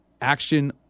action